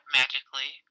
magically